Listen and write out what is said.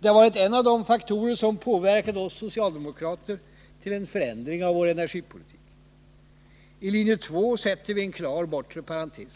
Det har varit en av de faktorer som har påverkat oss socialdemokrater till en förändring av vår energipolitik. I linje 2 sätter vi ett klart bortre parentestecken.